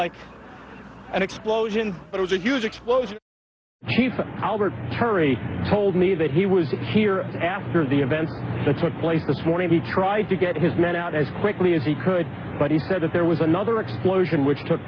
like an explosion it was a huge explosion kerry told me that he was here after the events that took place this morning he tried to get his men out as quickly as he could but he said that there was another explosion which took